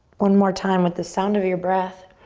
one more time with the sound of your breath.